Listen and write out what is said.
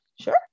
sure